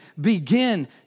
begin